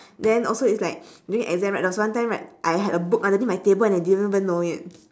then also it's like during exam right there's one time right I had a book underneath my table and I didn't even know it